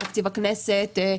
תקציב הכנסת,